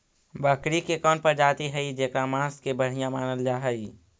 बकरी के कौन प्रजाति हई जेकर मांस के बढ़िया मानल जा हई?